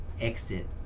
exit